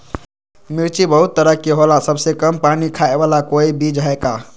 मिर्ची बहुत तरह के होला सबसे कम पानी खाए वाला कोई बीज है का?